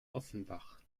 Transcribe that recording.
offenbach